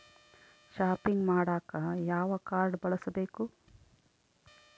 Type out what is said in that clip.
Shopping ಮಾಡಾಕ ಯಾವ card ಬಳಸಬೇಕು?